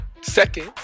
Second